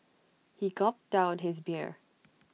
he gulped down his beer